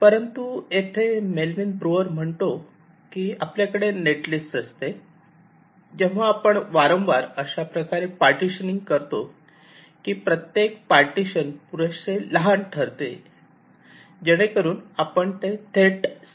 परंतु येथे Melvin Breuer म्हणतो की जेव्हा आपल्याकडे नेटलिस्ट असते तेव्हा आपण वारंवार अशा प्रकारे पार्टीशनिंग करतो की प्रत्येक पार्टिशन पुरेसे लहान ठरते आहे जेणेकरून आपण ते थेट सेलमध्ये ठेवू शकता